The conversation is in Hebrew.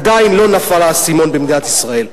עדיין לא נפל האסימון במדינת ישראל.